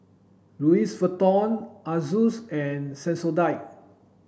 Louis Vuitton Asus and Sensodyne